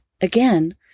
Again